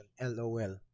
LOL